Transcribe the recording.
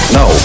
no